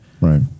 Right